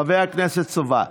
חבר הכנסת סובה.